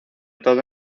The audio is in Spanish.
todo